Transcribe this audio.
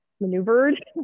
maneuvered